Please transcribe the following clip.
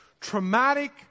traumatic